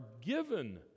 given